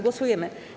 Głosujemy.